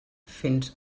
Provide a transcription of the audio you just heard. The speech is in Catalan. fins